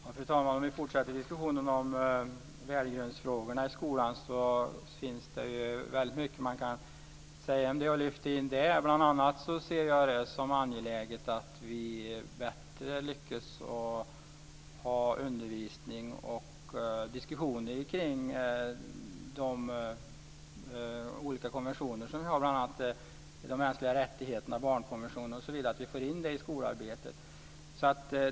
Fru talman! När det gäller den fortsatta diskussionen om värdegrundsfrågorna i skolan finns det ju väldigt mycket som man kan lyfta in där. Bl.a. ser jag det som angeläget att man bättre lyckas med att ha undervisning och diskussioner kring olika konventioner, bl.a. om de mänskliga rättigheterna, om barnkonventionen osv., så att vi får in detta i skolarbetet.